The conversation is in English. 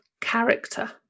character